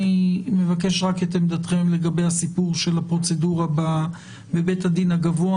אני מבקש את עמדתכם רק לגבי הפרוצדורה בבית הדין הגבוה.